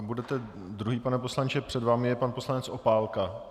Budete druhý, pane poslanče , před vámi je pan poslanec Opálka.